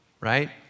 Right